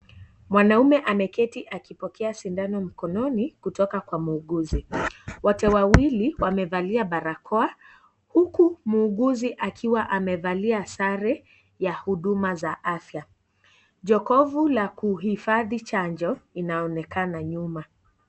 Mwanaume ameketi akipokea shindano mkononi kutoka kwa muuguzi wote wawili wamevalia barakoa huku muuguzi akiwa amevalia sare ya huduma za afya ,jokofu la kuhifadhi chanjo inaonekana nyuma.